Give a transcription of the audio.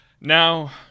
Now